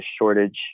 shortage